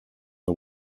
the